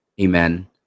Amen